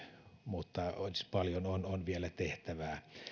mutta paljon on on vielä tehtävää